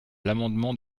l’amendement